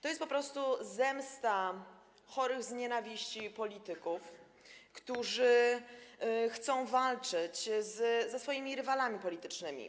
To jest po prostu zemsta chorych z nienawiści polityków, którzy chcą walczyć ze swymi rywalami politycznymi.